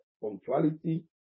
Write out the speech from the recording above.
punctuality